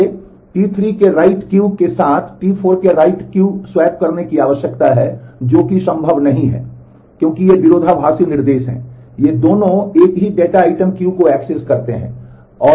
मुझे T3 के write swap करने की आवश्यकता है जो कि संभव नहीं है क्योंकि ये विरोधाभासी निर्देश हैं वे दोनों एक ही डेटा आइटम Q को एक्सेस करते हैं और वे दोनों write हैं